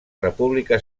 república